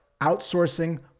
outsourcing